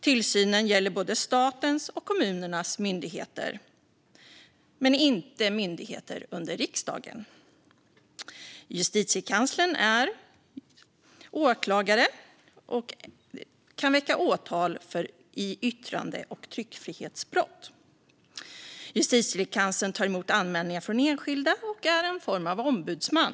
Tillsynen gäller både statens och kommunernas myndigheter, men inte myndigheter under riksdagen. Justitiekanslern är åklagare och kan väcka åtal för yttrande och tryckfrihetsbrott. Justitiekanslern tar emot anmälningar från enskilda och är en form av ombudsman.